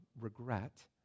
regret